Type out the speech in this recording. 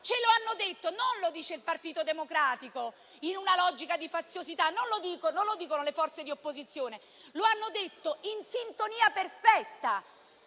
dell'energia. Questo non lo dice il Partito Democratico, in una logica di faziosità, e non lo dicono le forze di opposizione. Lo hanno detto, in sintonia perfetta,